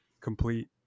complete